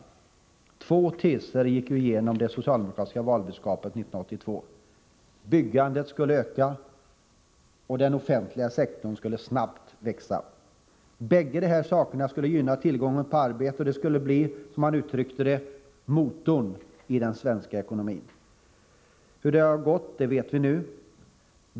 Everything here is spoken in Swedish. Två teser var ju genomgående i det socialdemokratiska valbudskapet 1982: Byggandet skulle öka, den offentliga sektorn skulle snabbt växa. Bägge dessa saker skulle gynna tillgången på arbete, och det skulle bli, som man uttryckte det, motorn i den svenska ekonomin. Hur det har gått det vet vi nu.